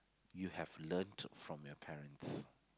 you have learnt from your parents